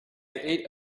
ate